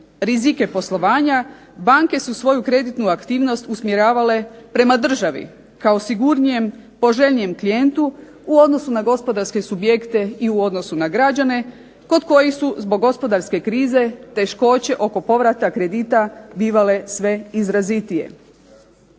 rizike poslovanja, banke su svoju kreditnu aktivnost usmjeravale prema državi kao sigurnijem, poželjnijem klijentu u odnosu na gospodarske subjekte i u odnosu na građane kod kojih su zbog gospodarske krize teškoće oko povrata kredita bivale sve izrazitije.